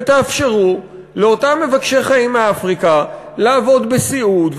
ותאפשרו לאותם מבקשי חיים מאפריקה לעבוד בסיעוד,